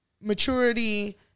Maturity